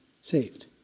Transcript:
saved